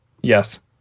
Yes